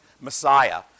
Messiah